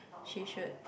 she should